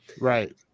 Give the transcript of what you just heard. Right